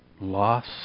loss